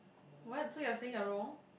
what so you're saying you're wrong